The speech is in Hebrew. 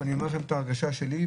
ואני אומר לכם את ההרגשה שלי,